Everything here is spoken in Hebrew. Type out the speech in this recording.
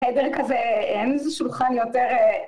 חדר כזה, אין לי איזה שולחן יותר.